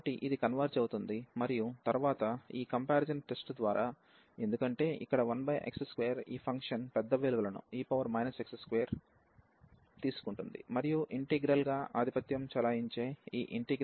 కాబట్టి ఇది కన్వెర్జ్ అవుతుంది మరియు తరువాత ఈ పోల్చే పరీక్ష ద్వారా ఎందుకంటే ఇక్కడ 1x2 ఈ ఫంక్షన్ పెద్ద విలువలను e x2 తీసుకుంటుంది మరియు ఇంటిగ్రల్ గా ఆధిపత్యం చెలాయించే ఈ ఇంటిగ్రల్ ను కన్వెర్జ్ చేస్తుంది